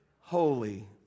holy